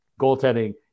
goaltending